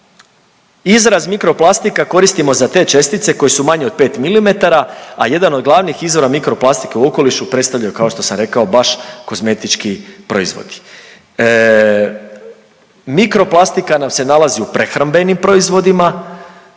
Izraz „mikroplastika“ koristimo za te čestice koje su manje od 5 mm, a jedan od glavnih izvora mikroplastike u okolišu predstavljaju, kao što sam rekao, baš kozmetički proizvodi. Mikroplastika nam se nalazi u prehrambenim proizvodima